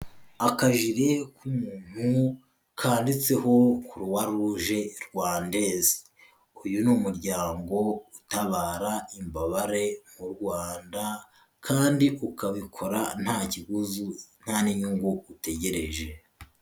Akajire k'umuntu kandiditseho kuruwaruge rwandeze, uyu ni umuryango utabara imbabare mu Rwanda kandi ukabikora nta kiguzu nta n'inyungu utegereje.